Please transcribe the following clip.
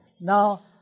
now